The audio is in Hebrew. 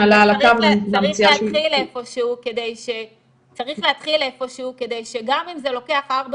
אבל צריך להתחיל איפה שהוא כדי שגם אם זה לוקח ארבע